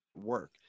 work